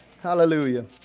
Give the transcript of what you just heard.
Hallelujah